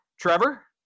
Trevor